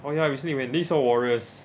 oh ya usually when these are walrus